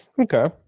Okay